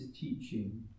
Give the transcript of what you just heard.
teaching